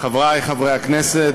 חברי חברי הכנסת,